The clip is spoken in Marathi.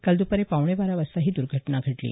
काल दुपारी पावणे बारा वाजता ही दुर्घटना घडली